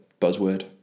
buzzword